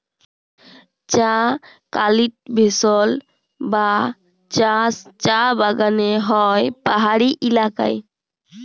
চাঁ কাল্টিভেশল বা চাষ চাঁ বাগালে হ্যয় পাহাড়ি ইলাকায়